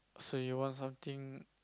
so you want something